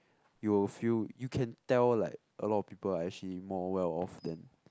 you will feel you can tell like a lot of people are actually more well off than